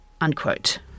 Unquote